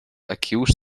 accuse